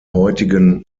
heutigen